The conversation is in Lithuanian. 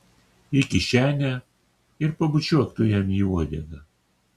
į kišenę ir pabučiuok tu jam į uodegą